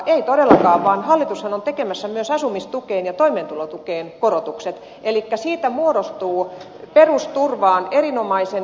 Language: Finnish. ei todellakaan vaan hallitushan on tekemässä myös asumistukeen ja toimeentulotukeen korotukset elikkä siitä muodostuu perusturvaan erinomaisen hyvä potti